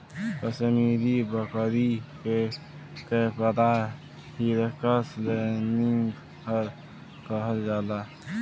कसमीरी बकरी के Capra hircus laniger कहल जाला